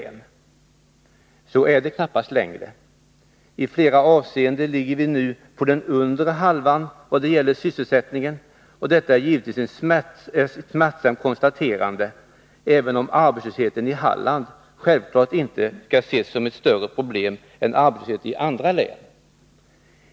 Men så är det knappast längre. I flera avseenden ligger vi nu så att säga på den undre halvan i vad det gäller sysselsättningen. Detta är givetvis smärtsamt att konstatera. Självfallet kan ändå inte arbetslösheten i Halland ses som ett större problem än arbetslösheten i andra län.